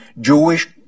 Jewish